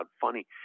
funny